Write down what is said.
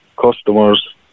customers